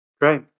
Great